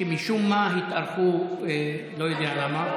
שמשום מה התארכו, לא יודע למה.